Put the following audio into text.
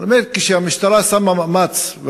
שכשהמשטרה עושה מאמץ,